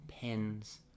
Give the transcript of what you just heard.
pens